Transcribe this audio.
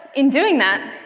in doing that,